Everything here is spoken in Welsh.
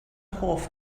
hoff